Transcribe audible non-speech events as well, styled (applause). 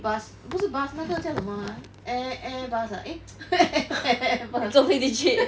bus 不是 bus 那个叫什么 ah air airbus ah eh (noise) eh airbus (laughs)